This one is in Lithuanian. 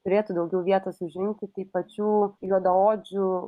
turėtų daugiau vietos užimti tai pačių juodaodžių